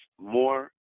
more